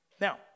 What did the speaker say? Now